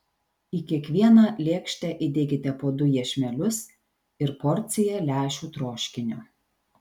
į kiekvieną lėkštę įdėkite po du iešmelius ir porciją lęšių troškinio